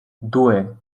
due